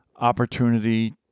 opportunity